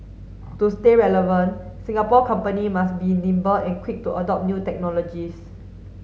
to stay relevant Singapore company must be nimble and quick to adopt new technologies